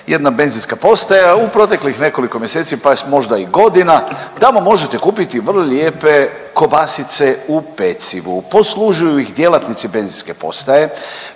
jedna benzinska postaja u proteklih nekoliko mjeseci, pa možda i godina tamo možete kupiti vrlo lijepe kobasice u pecivu. Poslužuju ih djelatnici benzinske postaje